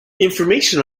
information